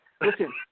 Listen